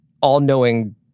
all-knowing